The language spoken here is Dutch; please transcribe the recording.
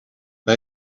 bij